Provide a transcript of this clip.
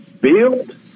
build